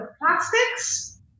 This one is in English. plastics